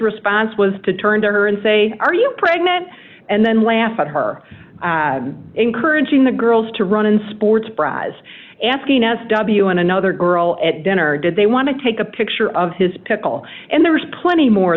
response was to turn to her and say are you pregnant and then laugh at her encouraging the girls to run in sports bra as asking as w n another girl at dinner or did they want to take a picture of his pickle and there's plenty more